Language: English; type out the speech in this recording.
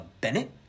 Bennett